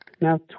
Now